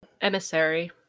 Emissary